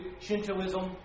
Shintoism